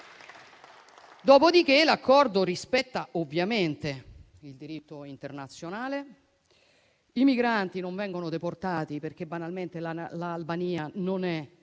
Dopodiché, l'accordo rispetta ovviamente il diritto internazionale. I migranti non vengono deportati, perché banalmente l'Albania non è